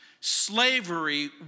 Slavery